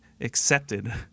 accepted